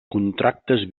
contractes